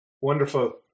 Wonderful